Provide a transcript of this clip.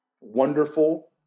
wonderful